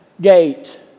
gate